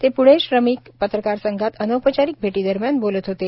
ते पुणे श्रमिक पत्रकार संघात अनौपचारिक भेटीदरम्यान बोलत होते